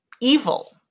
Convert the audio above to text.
evil